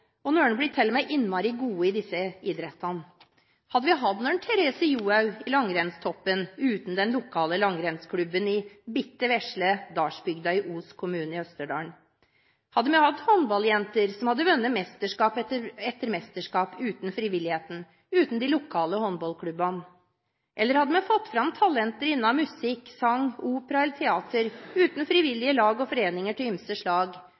håndball. Noen blir til og med innmari gode i disse idrettene. Hadde vi hatt noen Therese Johaug i langrennstoppen uten den lokale langrennsklubben i bittelille Dalsbygda i Os kommune i Østerdalen? Hadde vi hatt håndballjenter som hadde vunnet mesterskap etter mesterskap uten frivilligheten, uten de lokale håndballklubbene? Eller hadde vi fått fram talenter innen musikk, sang, opera eller teater uten frivillige lag og foreninger av ymse slag?